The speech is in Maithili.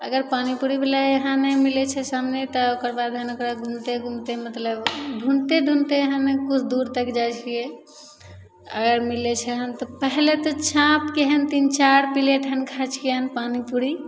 अगर पानीपूड़ीवला यहाँ नहि मिलै छै सामने तऽ ओकर बाद हम ओकरा घुमिते घुमिते मतलब ढूँढ़िते ढूँढ़िते हन किछु दूर तक जाइ छिए अगर मिलै छै हन तऽ पहिले तऽ छापिके हम तीन चारि प्लेट हन खाइ छिए हन पानीपूड़ी